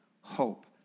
hope